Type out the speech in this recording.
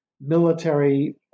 military